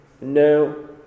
no